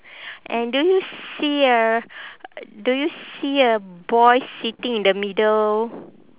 and do you see a do you see a boy sitting in the middle